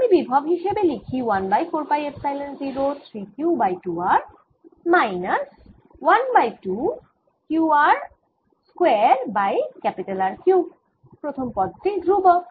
আমি বিভব হিসেবে লিখি 1 by 4 pi epsilon 0 3 Q by 2 R minus 1 by 2 Q r square by R cube প্রথম পদ টি ধ্রুবক